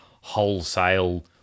wholesale